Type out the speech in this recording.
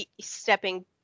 stepping